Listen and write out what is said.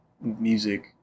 music